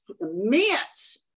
immense